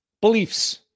beliefs